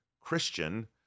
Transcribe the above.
Christian